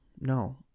no